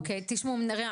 אוקיי, תשמעי נריה.